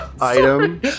item